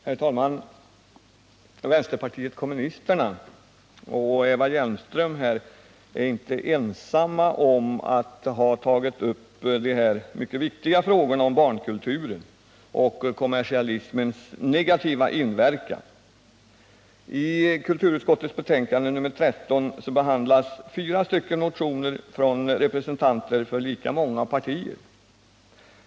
Herr talman! Vänsterpartiet kommunisterna och Eva Hjelmström är inte ensamma om att ha tagit upp de mycket viktiga frågorna om barnkulturen och kommersialismens negativa inverkan. I kulturutskottets betänkande nr 13 behandlas fyra motioner från representanter för lika många partier.